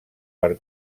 per